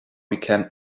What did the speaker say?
became